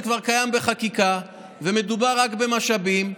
כבר קיים בחקיקה ומדובר רק במשאבים,